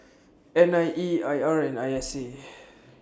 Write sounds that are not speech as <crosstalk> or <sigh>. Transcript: N I E I R and I S A <noise>